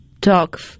talk